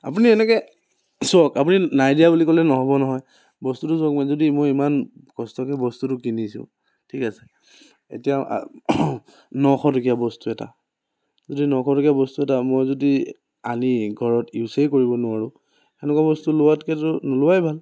আপুনি এনেকৈ চাওক আপুনি নাই দিয়া বুলি ক'লে নহ'ব নহয় বস্তুটো চাওক যদি মই ইমান কষ্টকৈ বস্তুটো কিনিছো ঠিক আছে এতিয়া নশ টকীয়া বস্তু এটা যদি নশ টকীয়া বস্তু এটা মই যদি আনি ঘৰত ইউজে কৰিব নোৱাৰো সেনেকুৱা বস্তু লোৱাতকেতো নোলোৱাই ভাল